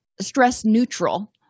stress-neutral